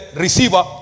receiver